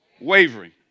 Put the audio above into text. wavering